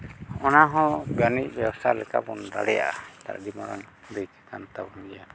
ᱚᱱᱟᱦᱚᱸ ᱵᱟᱹᱱᱤᱡᱽ ᱵᱮᱵᱽᱥᱟ ᱞᱮᱠᱟ ᱵᱚᱱ ᱫᱟᱲᱮᱭᱟᱜᱼᱟ ᱛᱟᱵᱚᱱ ᱜᱮᱭᱟ